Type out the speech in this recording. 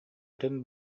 атын